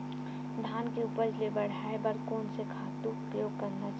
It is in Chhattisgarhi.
धान के उपज ल बढ़ाये बर कोन से खातु के उपयोग करना चाही?